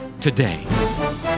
today